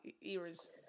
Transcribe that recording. eras